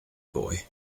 boy